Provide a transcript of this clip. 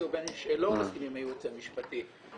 ובין שלא מסכימים עם הייעוץ המשפטי.